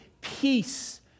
peace